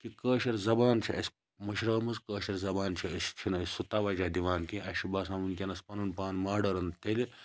کہِ کٲشِر زَبان چھِ اَسہِ مٔشرٲومٕژ کٲشِر زَبان چھِ أسۍ چھِ نہٕ أسۍ سُہ تَوَجہَ دِوان کینٛہہ اَسہِ چھُ باسان وٕنکیٚنَس پَنُن پان ماڈٲرٕن تیٚلہِ